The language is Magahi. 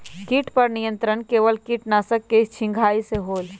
किट पर नियंत्रण केवल किटनाशक के छिंगहाई से होल?